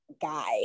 guy